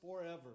forever